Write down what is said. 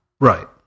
Right